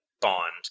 bond